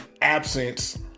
absence